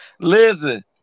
Listen